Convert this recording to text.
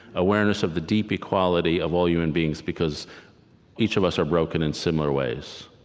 awareness of the deep equality of all human beings because each of us are broken in similar ways.